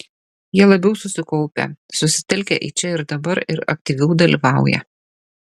jie labiau susikaupę susitelkę į čia ir dabar ir aktyviau dalyvauja